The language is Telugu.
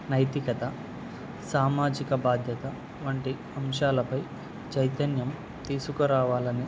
నైతికత సామాజిక బాధ్యత వంటి అంశాలపై చైతన్యం తీసుకురావాలని